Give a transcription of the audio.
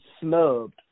snubbed